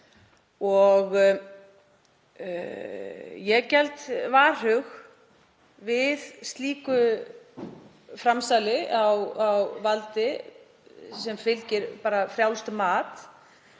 Ég geld varhuga við slíku framsali á valdi sem tryggir bara frjálst mat.